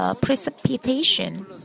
precipitation